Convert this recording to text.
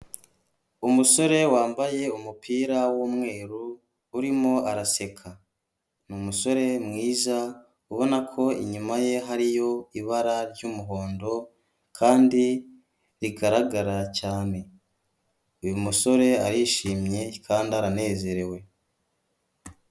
Umusore wambaye umupira w'umweru urimo araseka. Ni umusore mwiza ubona ko inyuma ye hariyo ibara ry'umuhondo kandi rigaragara cyane. Uyu musore arishimye kandi aranezerewe.